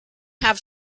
have